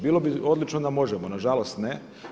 Bilo bi odlično da možemo, na žalost ne.